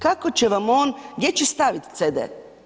Kako će vam on, gdje će stavit CD?